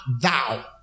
thou